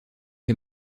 les